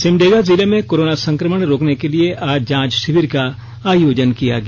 सिमडेगा जिले में कोरोना संकमण रोकने के लिए आज जांच शिविर का आयोजन किया गया